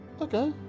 Okay